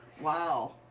Wow